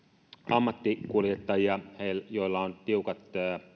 ammattikuljettajia joilla on tiukat